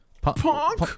Punk